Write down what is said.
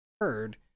heard